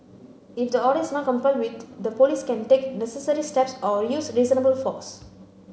if the order is not complied with the Police can take necessary steps or use reasonable force